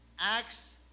Acts